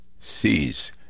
sees